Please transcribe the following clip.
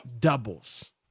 doubles